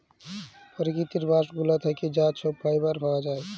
পকিতির বাস্ট গুলা থ্যাকে যা ছব ফাইবার পাউয়া যায়